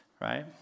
Right